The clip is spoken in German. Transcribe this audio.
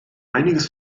einiges